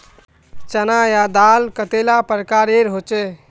चना या दाल कतेला प्रकारेर होचे?